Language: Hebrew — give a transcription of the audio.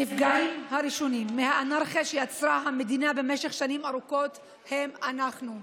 הנפגעים הראשונים מהאנרכיה שיצרה המדינה במשך שנים ארוכות הם אנחנו.